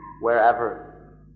wherever